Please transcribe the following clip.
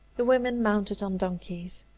the women mounted on donkeys.